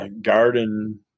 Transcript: Garden